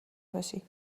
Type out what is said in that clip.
باشی